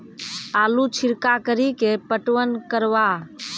आलू छिरका कड़ी के पटवन करवा?